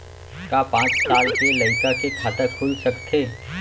का पाँच साल के लइका के खाता खुल सकथे?